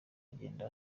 agenda